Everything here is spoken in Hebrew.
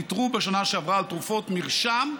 ויתרו בשנה שעברה על תרופות מרשם,